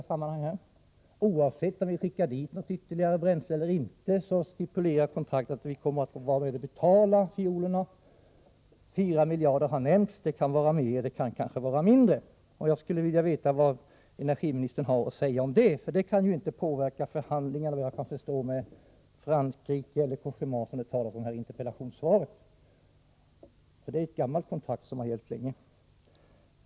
Oavsett om vi skickar dit något ytterligare kärnbränsle eller inte stipulerar kontraktet att vi skall bidra till att stå för fiolerna. Summa 4 miljarder har nämnts, men det kan röra sig om mera eller kanske om mindre. Jag vill veta vad energiministern har att säga om det — det gäller såvitt jag förstår inte något som kan påverka förhandlingarna med Frankrike eller Cogéma, som det talas om i interpellationssvaret. Det är fråga om ett gammalt kontrakt, som har varit i kraft sedan länge.